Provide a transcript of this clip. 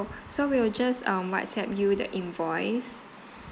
so we will just um whatsapp you the invoice